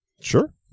Sure